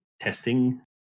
testing